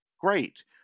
great